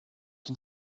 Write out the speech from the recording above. can